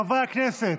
חברי הכנסת,